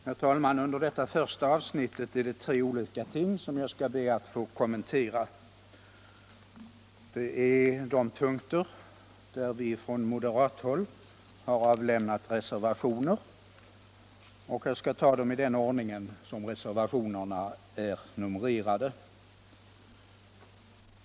Herr talman! Under det första avsnittet är det tre olika ting som jag skall be att få kommentera. Det är de punkter där vi från moderathåll har avlämnat reservationer, och jag skall ta reservationerna i den ordning som de är numrerade.